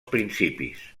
principis